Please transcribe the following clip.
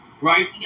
Right